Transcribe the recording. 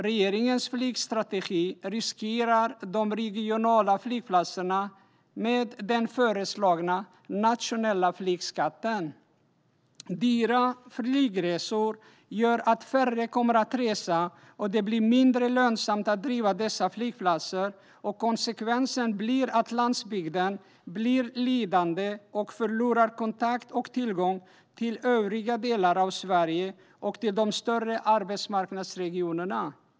Regeringens flygstrategi riskerar de regionala flygplatserna med den föreslagna nationella flygskatten. Dyra flygresor gör att färre kommer att resa, och det blir mindre lönsamt att driva dessa flygplatser. Konsekvensen blir att landsbygden blir lidande och förlorar kontakt och tillgång till övriga delar av Sverige och de större arbetsmarknadsregionerna.